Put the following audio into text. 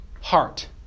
heart